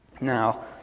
Now